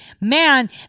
man